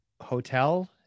hotel